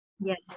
Yes